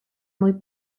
muy